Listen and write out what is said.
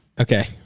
okay